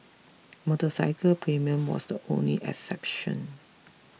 motorcycle premium was the only exception